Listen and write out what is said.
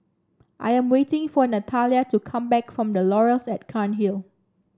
I am waiting for Natalia to come back from The Laurels at Cairnhill